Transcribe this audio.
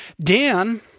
Dan